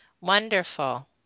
Wonderful